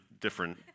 different